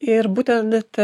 ir būtent